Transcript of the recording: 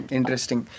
Interesting